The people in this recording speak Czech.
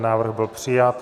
Návrh byl přijat.